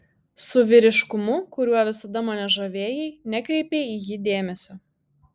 su vyriškumu kuriuo visada mane žavėjai nekreipei į jį dėmesio